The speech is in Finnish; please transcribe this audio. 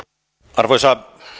arvoisa